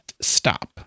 stop